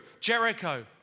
Jericho